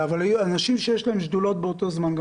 אבל אנשים שיש להם שדולות באותו זמן גם